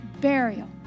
burial